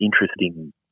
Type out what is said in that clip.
interesting